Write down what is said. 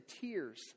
tears